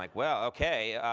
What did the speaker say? like well, ok.